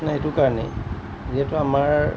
নাই এইটো কাৰণেই যিহেতু আমাৰ